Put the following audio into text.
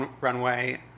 Runway